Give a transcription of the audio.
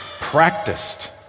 practiced